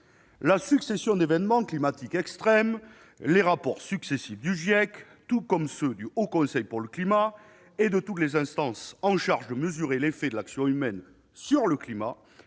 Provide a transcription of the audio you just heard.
La succession d'événements climatiques extrêmes, les rapports successifs du GIEC, tout comme ceux du Haut Conseil pour le climat et de toutes les instances chargées de mesurer les effets de l'action humaine sur le climat,